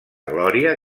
glòria